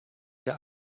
der